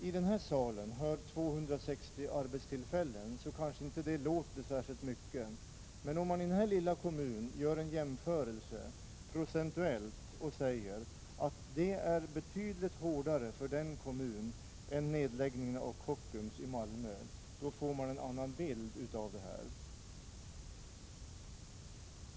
I den här salen kanske 260 arbetstillfällen inte låter särskilt mycket, men vid en procentuell jämförelse innebär förlusten av sågverket ett betydligt > hårdare slag för den lilla kommunen Älvkarleby än nedläggningen av Kockums betydde för Malmö. Då får man en annan bild av det som hänt.